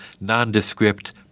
nondescript